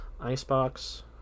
Icebox